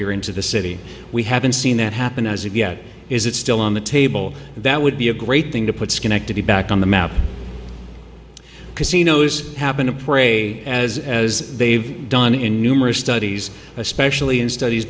here into the city we haven't seen that happen as of yet is it still on the table that would be a great thing to put schenectady back on the map casinos have been a prey as as they've done in numerous studies especially in studies